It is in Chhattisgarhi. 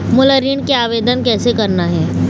मोला ऋण के आवेदन कैसे करना हे?